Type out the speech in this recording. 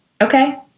okay